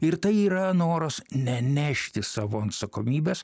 ir tai yra noras nenešti savo atsakomybės